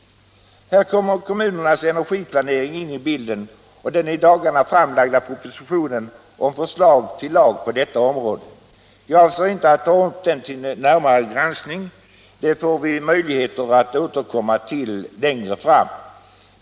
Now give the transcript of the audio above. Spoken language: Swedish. Här kommer kommunernas energiplanering och den i dagarna framlagda propositionen med förslag till lag på detta område in i bilden. Jag avser inte att ta upp den till närmare granskning. Den får vi möjligheter att återkomma till längre fram.